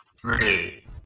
three